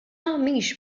mhix